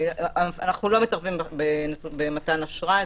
אנחנו לא מתערבים במתן אשראי,